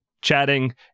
chatting